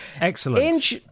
Excellent